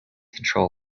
control